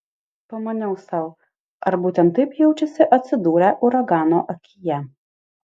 pamaniau sau ar būtent taip jaučiasi atsidūrę uragano akyje